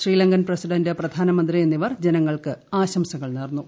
Sri Lankan president പ്രധാനമന്ത്രി എന്നിവർ ജനങ്ങൾക്ക് ആശംസകൾ നേർന്നു